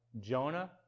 Jonah